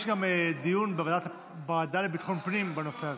יש גם דיון בוועדה לביטחון הפנים בנושא הזה.